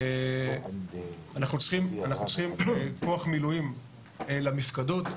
אנחנו צריכים כוח מילואים למפקדות,